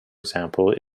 example